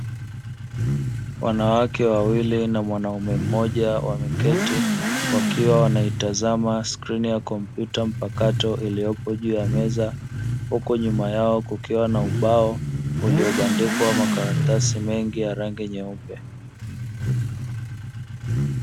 Wanawake wawili na mwanamume mmoja wameketi wakiwa wanaitazama skrini ya kompyuta mpakato iliyopo juu ya meza, huku nyuma yao kukiwa na ubao uliobadikwa makaratasi mengi ya rangi nyeupe.